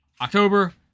October